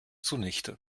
zunichte